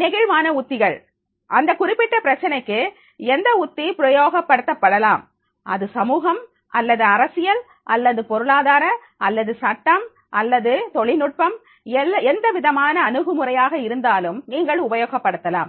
நெகிழ்வான உத்திகள் அந்த குறிப்பிட்ட பிரச்சினைக்கு எந்த உத்தி பிரயோக படுத்தப் படலாம் அது சமூகம் அல்லது அரசியல் அல்லது பொருளாதார அல்லது சட்டம் அல்லது தொழில் நுட்பம் எந்தவிதமான அணுகுமுறையாக இருந்தாலும் நீங்கள் உபயோகப்படுத்தலாம்